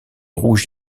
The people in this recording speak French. rouges